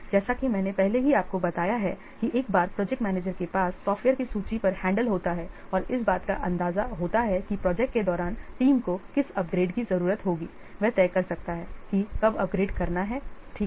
जैसा कि मैंने पहले ही आपको बताया है कि एक बार प्रोजेक्ट मैनेजर के पास सॉफ्टवेयर की सूची पर हैंडल होता है और इस बात का अंदाजा होता है कि प्रोजेक्ट के दौरान टीम को किस अपग्रेड की जरूरत होगी वह तय कर सकता है कि कब अपग्रेड करना हैठीक है